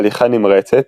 הליכה נמרצת,